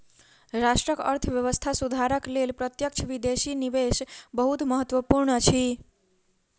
राष्ट्रक अर्थव्यवस्था सुधारक लेल प्रत्यक्ष विदेशी निवेश बहुत महत्वपूर्ण अछि